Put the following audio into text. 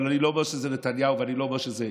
אבל אני לא אומר שזה נתניהו ואני לא אומר שזה,